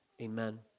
amen